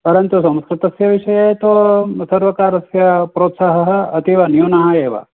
परन्तु संस्कृतस्य विषये तु सर्वकारस्य प्रोत्साहः अतीव न्यूनः एव